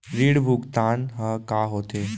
ऋण भुगतान ह का होथे?